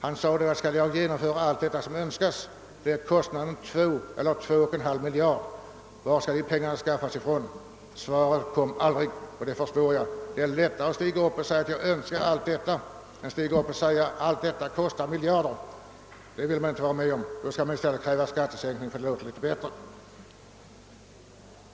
Han sade att om han skulle genomföra allt som önskas bleve kostnaden 2 å 2,5 miljarder kronor, och var skulle han ta de pengarna? Svaret kom aldrig. Det är lättare att stiga upp och säga vad man önskar än att tala om att det kostar miljarder. I stället kräver man skattesänkningar, ty det låter bättre.